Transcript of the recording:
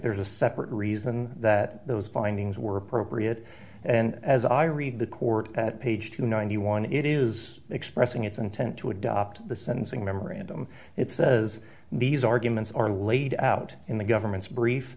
there's a separate reason that those findings were appropriate and as i read the court at page two hundred and ninety one it is expressing its intent to adopt the sentencing memorandum it says these arguments are laid out in the government's brief